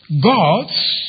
gods